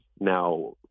now